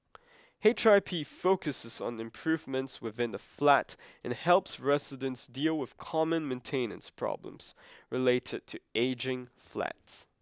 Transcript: H I P focuses on improvements within the flat and helps residents deal with common maintenance problems related to ageing flats